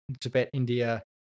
Tibet-India